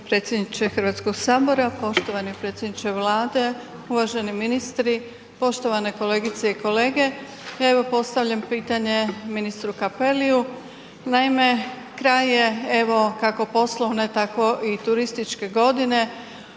Hrvatskoga sabora, poštovani predsjedniče Vlade, uvaženi ministri, poštovane kolegice i kolege. Evo postavljam pitanje ministru Cappelliu. Naime, kraj je evo kako poslovne tako i turističke godine